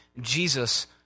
Jesus